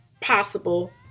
possible